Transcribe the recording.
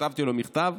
כתבתי לו מכתב,